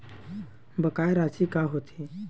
बकाया राशि का होथे?